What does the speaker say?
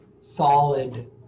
solid